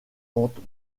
ventes